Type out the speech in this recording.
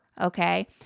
Okay